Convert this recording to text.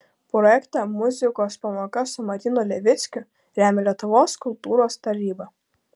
projektą muzikos pamoka su martynu levickiu remia lietuvos kultūros taryba